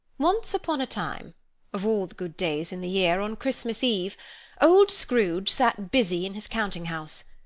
once upon a time of all the good days in the year, on christmas eve old scrooge sat busy in his counting-house.